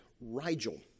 Rigel